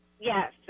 yes